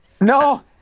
No